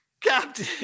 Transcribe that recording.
Captain